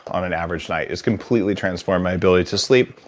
on an average night. it's completely transformed my ability to sleep,